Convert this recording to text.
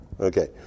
Okay